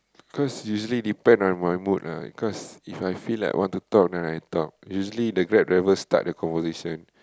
first usually depend on my mood lah cause If I feel like want to talk then I talk usually the Grab driver start the conversation